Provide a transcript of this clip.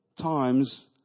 times